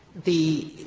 the